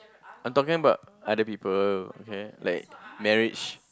I'm talking about other people okay like marriage